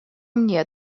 мне